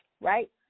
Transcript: Right